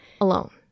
alone